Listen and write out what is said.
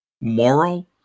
moral